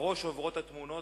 בראש עוברות התמונות,